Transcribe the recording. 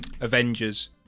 Avengers